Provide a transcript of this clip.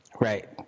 Right